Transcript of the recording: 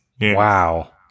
wow